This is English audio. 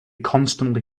constantly